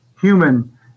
human